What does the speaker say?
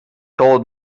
told